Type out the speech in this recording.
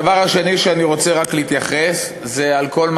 הדבר השני שאני רוצה רק להתייחס אליו זה כל מה